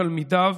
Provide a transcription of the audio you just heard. תלמידיו,